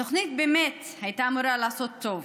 התוכנית באמת הייתה אמורה לעשות טוב,